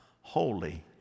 holy